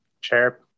chair